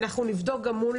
אנחנו נבדוק גם מול